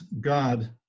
God